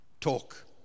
talk